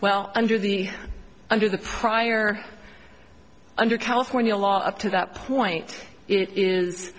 well under the under the prior under california law up to that point it is